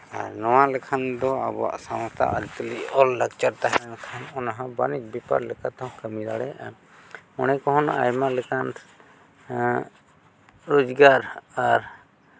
ᱟᱨ ᱱᱚᱣᱟ ᱞᱮᱠᱷᱟᱱ ᱫᱚ ᱟᱵᱚᱣᱟᱜ ᱥᱟᱶᱛᱟ ᱚᱞ ᱞᱟᱠᱪᱟᱨ ᱛᱟᱦᱮᱸ ᱞᱮᱠᱷᱟᱱ ᱚᱱᱟ ᱦᱚᱸ ᱵᱟᱹᱱᱤᱡᱽ ᱵᱮᱯᱟᱨ ᱛᱮᱦᱚᱸ ᱠᱟᱹᱢᱤ ᱫᱟᱲᱮᱭᱟᱜᱼᱟ ᱚᱸᱰᱮ ᱠᱷᱚᱱ ᱟᱭᱢᱟ ᱞᱮᱠᱟᱱ ᱨᱳᱡᱽᱜᱟᱨ ᱟᱨ